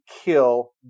kill